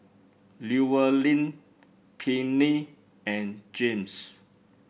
Llewellyn Pinkney and James